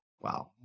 Wow